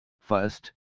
First